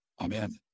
Amen